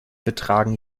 betragen